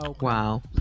Wow